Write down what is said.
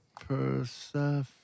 Persephone